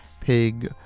pig